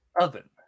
Oven